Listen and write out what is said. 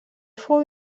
fou